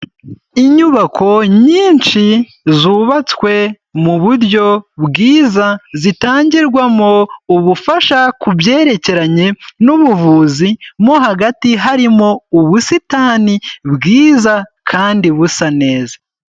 Inyubako nyinshi zubatswe mu buryo bwiza zitangirwamo ubufasha ku byerekeranye n'ubuvuzi, mo hagati harimo ubusitani bwiza kandi busa neza.